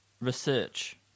Research